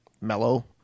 mellow